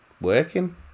working